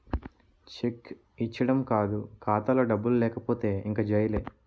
check ఇచ్చీడం కాదు ఖాతాలో డబ్బులు లేకపోతే ఇంక జైలే